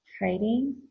hiding